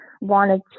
wanted